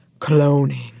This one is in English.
cloning